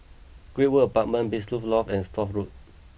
Great World Apartments Blissful Loft and Stores Road